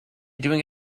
doing